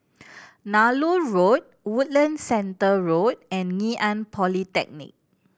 Nallur Road Woodlands Centre Road and Ngee Ann Polytechnic